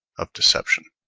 of deception.